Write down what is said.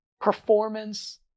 performance